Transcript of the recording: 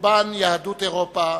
וחורבן יהדות אירופה,